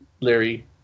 Larry